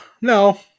No